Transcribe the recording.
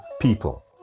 people